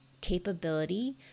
capability